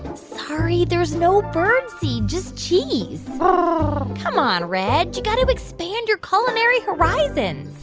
sorry there's no birdseed just cheese um ah um come on, reg, you got to expand your culinary horizon